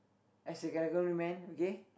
as you gotta go do man okay